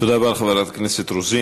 תודה רבה לחברת הכנסת רוזין.